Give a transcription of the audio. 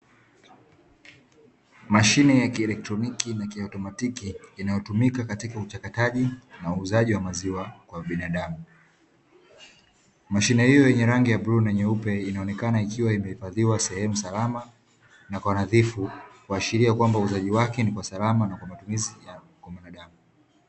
Mashine ya kieletroniki na kiotomatiki inayotumika katika uchakataji na uuzaji wa maziwa kwa binadamu. Mashine hiyo yenye rangi ya bluu na nyeupe, inaonekana ikiwa imehifadhiwa sehemu salama na kwa nadhifu, kuashiria kwamba uuzaji wake ni kwa salama, na kwa matumizi ya binadamu.